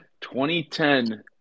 2010